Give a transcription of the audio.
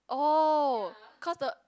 oh cause the